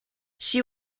she